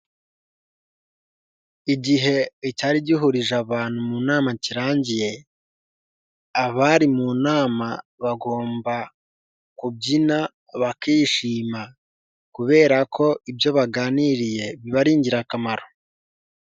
Igihe icyari gihurije abantu mu nama kirangiye abari mu nama bagomba kubyina bakishima kubera ko ibyo baganiriye biba ari ingirakamaro.